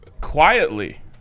Quietly